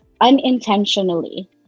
unintentionally